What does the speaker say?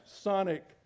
sonic